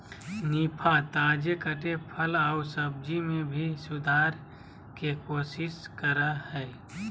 निफा, ताजे कटे फल आऊ सब्जी में भी सुधार के कोशिश करा हइ